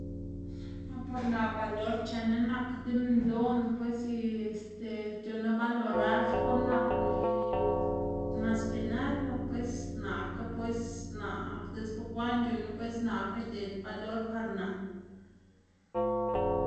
Ah par naꞌ valor c̲h̲eꞌnná nak deminndoꞌná pues y este c̲h̲unn‑ná valorar xkuꞌn nakná y mas que nada pues, naꞌka pues naꞌ diꞌtse bukwaꞌn c̲h̲unn‑ná pues naꞌka xded valor par naꞌ.